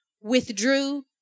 withdrew